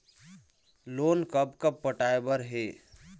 Loan कब कब पटाए बर हे?